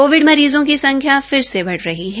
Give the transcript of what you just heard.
Covid मरीजों की संख्या फिर से बढ़ रही है